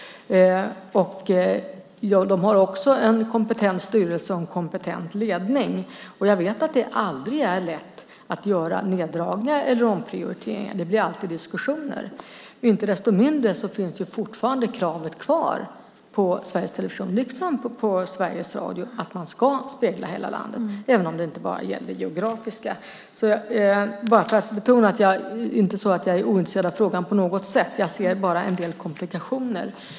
Man har också en kompetent styrelse och en kompetent ledning. Jag vet att det aldrig är lätt att göra neddragningar eller omprioriteringar. Det blir alltid diskussioner. Icke desto mindre finns fortfarande kravet kvar på Sveriges Television, liksom på Sveriges Radio, att man ska spegla hela landet, även om det inte bara gäller det geografiska. Jag vill betona att det inte är så att jag är ointresserad av frågan på något sätt. Jag ser bara en del komplikationer.